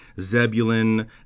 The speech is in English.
Zebulun